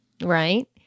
Right